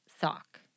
sock